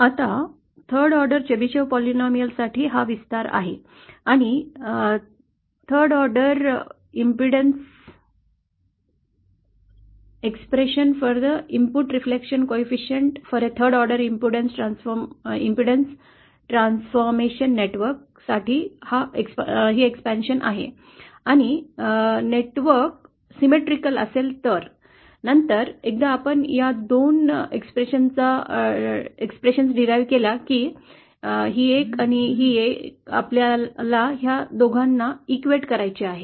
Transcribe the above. आता तिसb्या order Chebyshev बहुवार्षिक साठी हा विस्तार आहे आणि तिसर्या ऑर्डर इम्डान्सन्स ट्रान्सफॉर्मेशन नेटवर्कसाठी इनपुट प्रतिबिंब गुणांकातील अभिव्यक्ती साठी हा विस्तार आहे आणि नेटवर्क सममितीय असेल तर नंतर एकदा आपण या दोन अभिव्यक्त्यां चा व्युत्पन्न केला की हा एक आणि हे आपल्या दोघांना बरोबर करायचे आहे